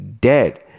dead